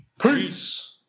Peace